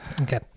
Okay